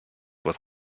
was